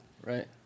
right